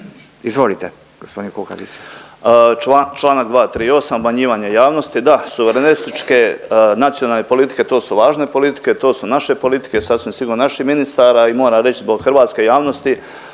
Ivica (DP)** Članak 238. obmanjivanje javnosti, da suverenističke nacionalne politike to su važne politike, to su naše politike sasvim sigurno naših ministara i moram reći zbog hrvatske javnosti